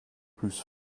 whose